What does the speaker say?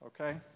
Okay